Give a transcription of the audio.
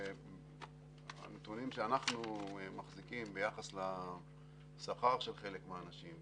והנתונים שאנחנו מחזיקים ביחס לשכר של חלק מהאנשים,